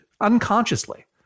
unconsciously